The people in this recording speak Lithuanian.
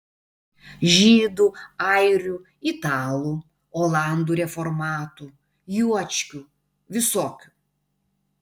žydų airių italų olandų reformatų juočkių visokių